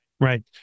right